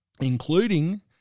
including